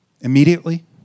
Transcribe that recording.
immediately